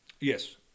Yes